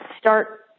start